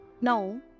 No